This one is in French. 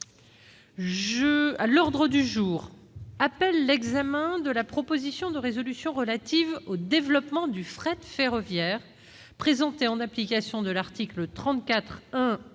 L'ordre du jour appelle l'examen de la proposition de résolution relative au développement du fret ferroviaire, présentée, en application de l'article 34-1